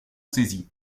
saisis